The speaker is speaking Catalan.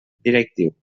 directiu